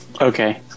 Okay